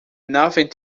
nothing